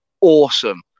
awesome